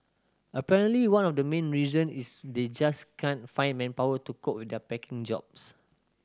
apparently one of the main reason is they just can't find manpower to cope with their packing jobs